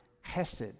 hesed